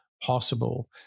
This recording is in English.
possible